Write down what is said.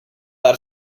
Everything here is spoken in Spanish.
dar